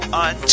on